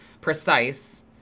precise